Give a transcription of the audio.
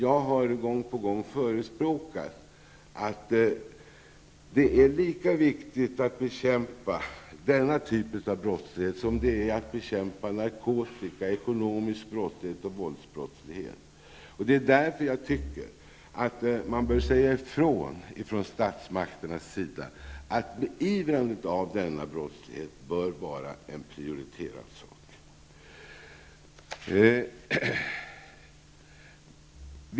Jag har gång på gång sagt att det är lika viktigt att bekämpa denna typ av brottslighet som att bekämpa narkotikabrottslighet, ekonomisk brottslighet och våldsbrottslighet. Det är därför som jag tycker att statsmakterna bör säga ifrån att beivrandet av denna brottslighet bör vara en prioriterad sak.